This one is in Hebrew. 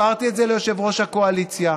הסברתי את זה ליושב-ראש הקואליציה.